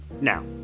now